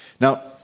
Now